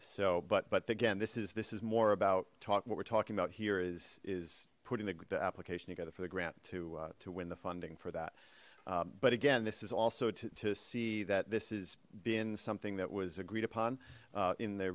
so but but again this is this is more about talking what we're talking about here is is putting the application together for the grant to to win the funding for that but again this is also to see that this is been something that was agreed upon in the